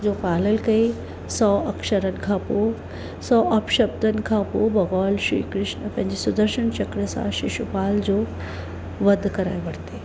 जो पालन कयांई सौ अक्षरनि खां पोइ सौ अपशब्दनि खां पोइ भॻवानु श्री कृष्ण पंहिंजी सुदर्शन चक्र सां शिषुपाल जो वधु कराए वरितांइ